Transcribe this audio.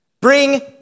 Bring